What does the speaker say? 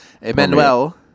Emmanuel